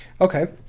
okay